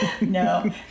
No